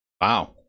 Wow